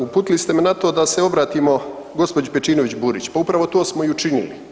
Uputili ste me na to da se obratimo gospođi Pejčinović Burić, pa upravo to smo i učinili.